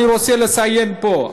אני רוצה לציין פה,